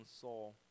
soul